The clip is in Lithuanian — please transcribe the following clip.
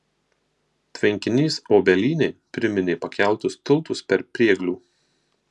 tvenkinys obelynėj priminė pakeltus tiltus per prieglių